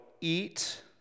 eat